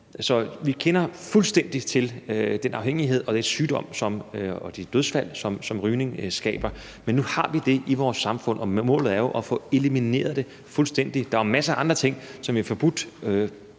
Så vi kender fuldstændig til den afhængighed, de sygdomme og de dødsfald, som rygning skaber, men nu har vi det i vores samfund, og vi må sørge for at få det elimineret fuldstændigt. Der er jo masser af andre ting, som vi har forbudt